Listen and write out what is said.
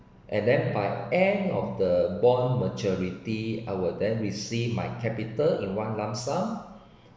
and then by end of the bond maturity I will then received my capital in one lump sum